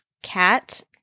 Cat